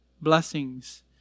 blessings